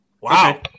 wow